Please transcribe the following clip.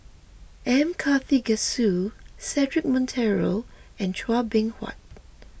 M Karthigesu Cedric Monteiro and Chua Beng Huat